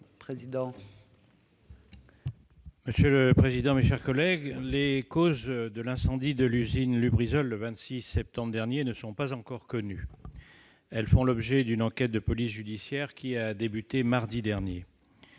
pour explication de vote. Les causes de l'incendie de l'usine Lubrizol, le 26 septembre dernier, ne sont pas encore connues. Elles font l'objet d'une enquête de police judiciaire qui a débuté mardi dernier.